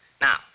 Now